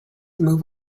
move